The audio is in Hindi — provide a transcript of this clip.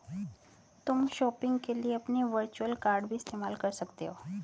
तुम शॉपिंग के लिए अपने वर्चुअल कॉर्ड भी इस्तेमाल कर सकते हो